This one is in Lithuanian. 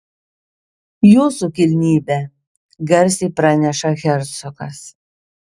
jūsų kilnybe garsiai praneša hercogas